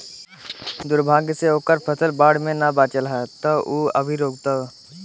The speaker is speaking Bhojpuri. दुर्भाग्य से ओकर फसल बाढ़ में ना बाचल ह त उ अभी रोओता